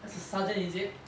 as a sergeant is it